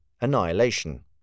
Annihilation